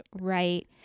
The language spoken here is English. right